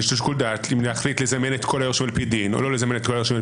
יש שיקול דעת אם להחליט לזמן את כל היורשים על-פי דין או לא לזמן אותם,